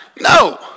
No